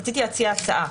רציתי להציע הצעה,